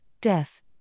death